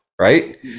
right